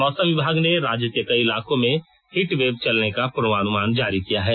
मौसम विभाग ने राज्य के कई इलाकों में हीटवेव चलने का पूर्वानुमान जारी किया है